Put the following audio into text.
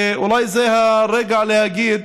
ואולי זה הרגע להגיד: